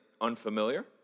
unfamiliar